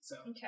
Okay